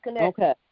Okay